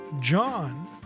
John